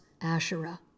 Asherah